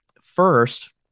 first